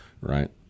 Right